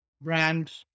brand